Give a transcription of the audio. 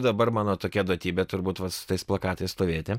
dabar mano tokia duotybė turbūt va su tais plakatais stovėti